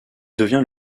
devient